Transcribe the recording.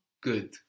Good